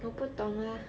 我不懂啦